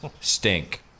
stink